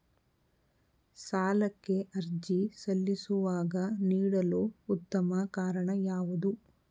ಸಾಲಕ್ಕೆ ಅರ್ಜಿ ಸಲ್ಲಿಸುವಾಗ ನೀಡಲು ಉತ್ತಮ ಕಾರಣ ಯಾವುದು?